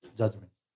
judgment